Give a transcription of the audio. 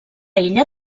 illa